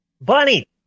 Bunny